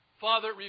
Father